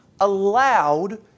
allowed